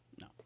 no